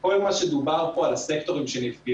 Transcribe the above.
כל מה שדובר פה על הסקטורים שנפגעו,